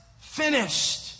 finished